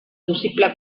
possible